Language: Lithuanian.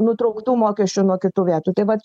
nutrauktų mokesčių nuo kitų vietų tai vat